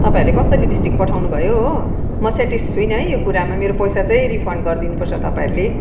तपाईँहरूले कस्तो लिपस्टिक पठाउनु भयो हो म सेटिस् छुइनँ है यो कुरामा मेरो पैसा चाहिँ रिफन्ड गरिदिनु पर्छ तपाईँहरूले